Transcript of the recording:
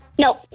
No